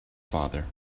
father